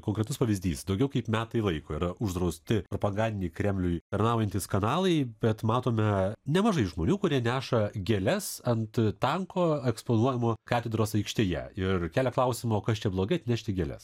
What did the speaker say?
konkretus pavyzdys daugiau kaip metai laiko yra uždrausti propagandiniai kremliui tarnaujantys kanalai bet matome nemažai žmonių kurie neša gėles ant tanko eksponuojamo katedros aikštėje ir kelia klausimą o kas čia blogai atnešti gėles